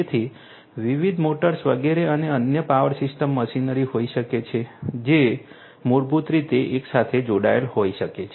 તેથી વિવિધ મોટર્સ વગેરે અને અન્ય પાવર સિસ્ટમ મશીનરી હોઈ શકે છે જે મૂળભૂત રીતે એકસાથે જોડાયેલ હોઈ શકે છે